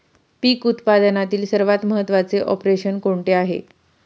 पीक उत्पादनातील सर्वात महत्त्वाचे ऑपरेशन कोणते आहे?